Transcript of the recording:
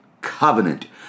covenant